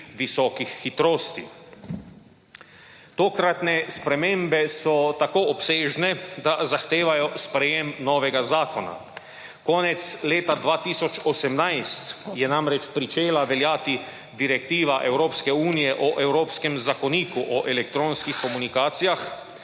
visokih hitrosti. Tokratne spremembe so tako obsežne, da zahtevajo sprejetje novega zakona. Konec leta 2018 je namreč pričela veljati Direktiva Evropske unije o Evropskem zakoniku o elektronskih komunikacijah.